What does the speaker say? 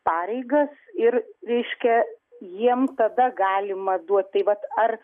pareigas ir reiškia jiem tada galima duot tai vat ar